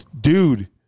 dude